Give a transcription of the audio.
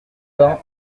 vingt